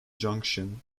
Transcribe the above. junction